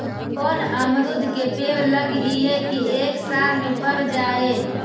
कोन अमरुद के पेड़ लगइयै कि एक साल में पर जाएं?